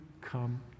come